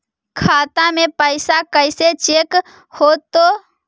खाता में पैसा कैसे चेक हो तै?